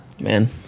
Man